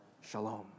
shalom